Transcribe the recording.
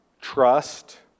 trust